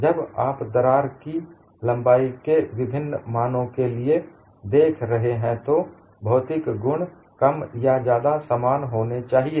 जब आप दरार की लंबाई के विभिन्न मानों के लिए देख रहे हैं तो भौतिक गुण कम या ज्यादा समान होनी चाहिए